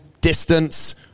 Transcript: distance